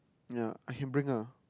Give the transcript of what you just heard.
ya I can bring ah